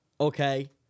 okay